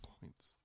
points